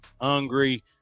hungry